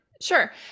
Sure